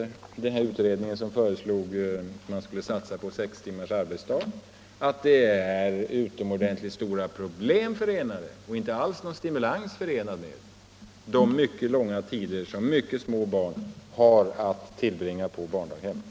Den utredning som föreslog satsning på sex timmars arbetsdag har påpekat att det är utomordentligt stora problem, och inte alls stimulans, förenade med de mycket långa tider som mycket små barn har att tillbringa på barndaghemmen.